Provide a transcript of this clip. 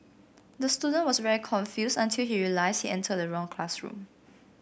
the student was very confused until he realised he entered the wrong classroom